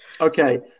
Okay